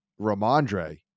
Ramondre